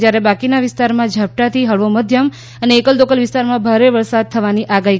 જ્યારે બાકીના વિસ્તારમાં ઝાપટાથી હળવો મધ્યમ અને એકલ દોકલ વિસ્તારમાં ભારે વરસાદ થવાની આગાહી કરાઇ છે